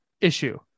issue